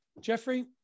Jeffrey